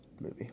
movie